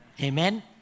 Amen